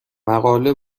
مقاله